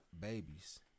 babies